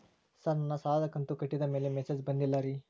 sir ನನ್ನ ಸಾಲದ ಕಂತು ಕಟ್ಟಿದಮೇಲೆ ಮೆಸೇಜ್ ಬಂದಿಲ್ಲ ರೇ